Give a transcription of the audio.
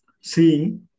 seeing